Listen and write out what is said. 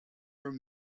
were